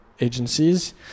agencies